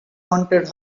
wanted